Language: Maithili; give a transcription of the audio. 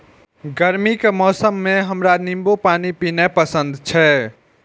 गर्मी के मौसम मे हमरा नींबू पानी पीनाइ पसंद छै